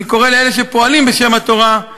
אני קורא לאלה שפועלים בשם התורה,